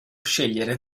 scegliere